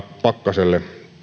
pakkaselle